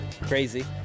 crazy